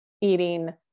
eating